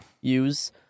use